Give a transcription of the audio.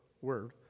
word